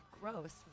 Gross